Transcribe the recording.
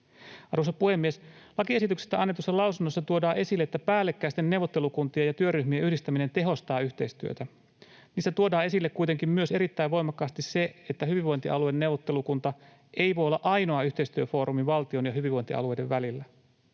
Arvoisa puhemies! Lakiesityksestä annetuissa lausunnoissa tuodaan esille, että päällekkäisten neuvottelukuntien ja työryhmien yhdistäminen tehostaa yhteistyötä. Niissä tuodaan esille kuitenkin myös erittäin voimakkaasti se, että hyvinvointialueneuvottelukunta ei voi olla ainoa yhteistyöfoorumi valtion ja hyvinvointialueiden välillä.